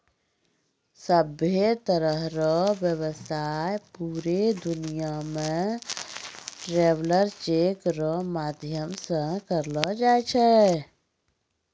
सभ्भे तरह रो व्यवसाय पूरे दुनियां मे ट्रैवलर चेक रो माध्यम से करलो जाय छै